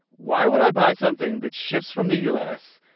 why would i buy something that ships from the u s.